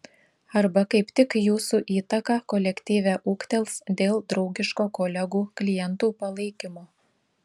arba kaip tik jūsų įtaka kolektyve ūgtels dėl draugiško kolegų klientų palaikymo